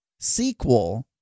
SQL